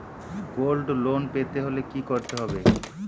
Gold loan পেতে হলে কি করতে হবে?